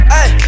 Hey